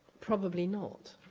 probably not,